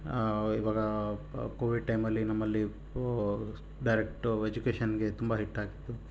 ಇವಾಗ ಕೋವಿಡ್ ಟೈಮಲ್ಲಿ ನಮ್ಮಲ್ಲಿ ಡೈರೆಕ್ಟು ಎಜುಕೇಷನ್ಗೆ ತುಂಬ ಹಿಟ್ಟಾಗಿತ್ತು